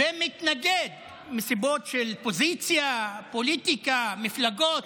ומתנגד, מסיבות של פוזיציה, פוליטיקה, מפלגות,